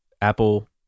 apple